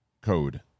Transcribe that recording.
code